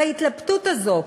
וההתלבטות הזאת,